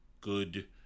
good